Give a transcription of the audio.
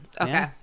Okay